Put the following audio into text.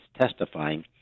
testifying